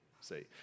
See